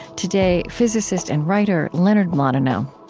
today, physicist and writer leonard mlodinow